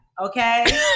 Okay